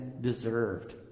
deserved